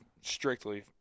strictly